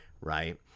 right